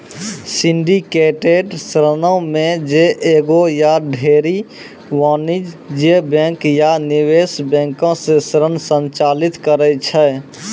syndicated ऋणो मे जे एगो या ढेरी वाणिज्यिक बैंक या निवेश बैंको से ऋण संचालित करै छै